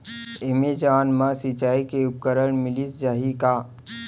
Amazon मा सिंचाई के उपकरण मिलिस जाही का?